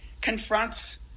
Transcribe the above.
confronts